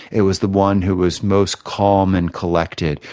it was the one who was most calm and collected,